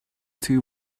two